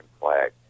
flag